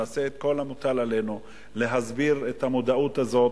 נעשה את כל המוטל עלינו להסביר את המודעות הזאת.